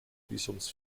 visums